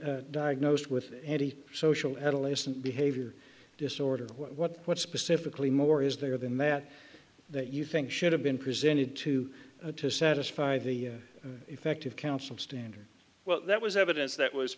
good diagnosed with anti social adolescent behavior disorder what what specifically more is there than that that you think should have been presented to to satisfy the effective counsel standard well that was evidence that was